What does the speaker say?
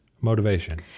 motivation